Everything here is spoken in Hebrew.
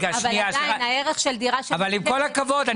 אבל עדיין הערך של דירה --- עם כל הכבוד,